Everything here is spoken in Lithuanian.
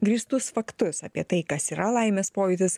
grįstus faktus apie tai kas yra laimės pojūtis